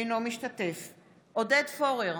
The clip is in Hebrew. אינו משתתף בהצבעה עודד פורר,